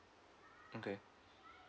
okay